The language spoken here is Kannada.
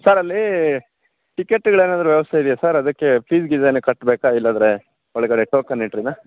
ಸರ್ ಅಲ್ಲಿ ಟಿಕೆಟ್ಗಳು ಏನಾದ್ರು ವ್ಯವಸ್ಥೆ ಇದೆಯಾ ಸರ್ ಅದಕ್ಕೆ ಫೀಸ್ ಗೀಸ್ ಏನಾರು ಕಟ್ಬೇಕಾ ಇಲ್ಲಂದ್ರೆ ಒಳಗಡೆ ಟೋಕನ್ ಎಂಟ್ರಿನಾ